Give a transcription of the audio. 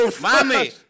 Mommy